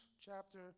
chapter